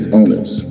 owners